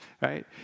right